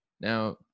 Now